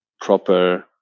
proper